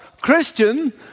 Christian